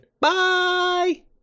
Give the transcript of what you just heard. bye